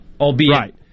albeit